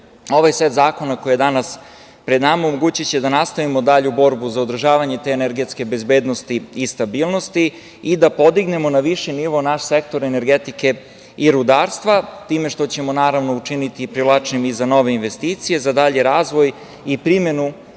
ovaj set zakona koji je danas pred nama omogućiće da nastavimo dalju borbu za održavanje te energetske bezbednosti i stabilnosti i da podignemo na viši nivo naš sektor energetike i rudarstva time što ćemo, naravno, učiniti i privlačnim za nove investicije, za dalji razvoj i primenu